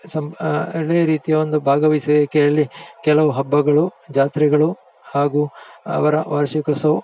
sump ಒಳೇ ರೀತಿಯ ಒಂದು ಭಾಗವಹ್ಸುವಿಕೆಯಲ್ಲಿ ಕೆಲವು ಹಬ್ಬಗಳು ಜಾತ್ರೆಗಳು ಹಾಗೂ ಅವರ ವಾರ್ಷಿಕೋತ್ಸವ